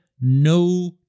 no